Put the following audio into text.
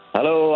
Hello